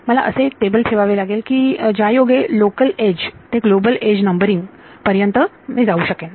मला असे टेबल ठेवावे की ज्यायोगे लोकल एज ते ग्लोबल एज नंबरिंग पर्यंत जाऊ शकेन